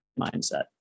mindset